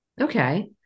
Okay